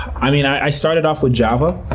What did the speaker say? i started off with java,